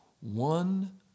one